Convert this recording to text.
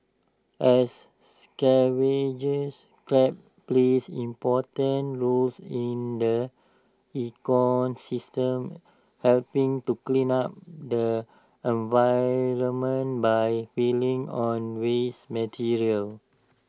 as scavengers crabs plays important roles in the ecosystem helping to clean up the environment by feeding on waste material